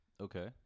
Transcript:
Okay